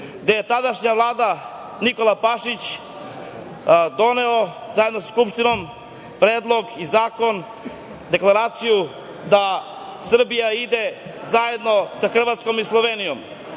gde je tadašnja Vlada Nikole Pašića donela zajedno sa Skupštinom predlog i zakon, deklaraciju da Srbija ide zajedno sa Hrvatskom i Slovenijom.